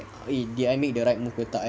did I make the right move ke tak eh